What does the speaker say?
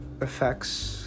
effects